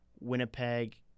Winnipeg